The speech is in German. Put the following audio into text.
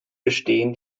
bestehen